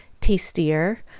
tastier